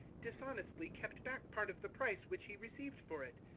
dishonestly kept back part of the price which he received for it,